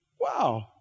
Wow